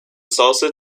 salsa